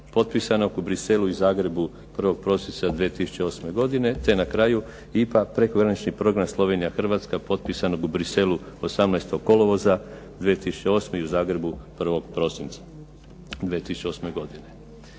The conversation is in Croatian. potpisanog u Bruxellesu i Zagrebu 1. prosinca 2008. godine, te na kraju "IPA – Prekogranični program Slovenija – Hrvatska" potpisanog u Bruxellesu 18. kolovoza 2008. i u Zagrebu 1. prosinca 2008. godine.